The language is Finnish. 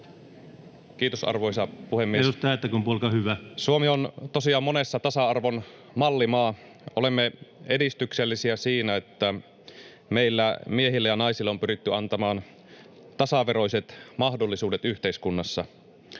Kiitos, arvoisa puhemies! Suomi on tosiaan monessa tasa-arvon mallimaa. Olemme edistyksellisiä siinä, että meillä miehille ja naisille on pyritty antamaan tasaveroiset mahdollisuudet yhteiskunnassa.